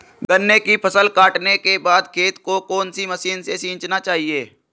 गन्ने की फसल काटने के बाद खेत को कौन सी मशीन से सींचना चाहिये?